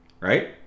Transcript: right